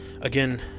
again